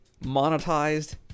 monetized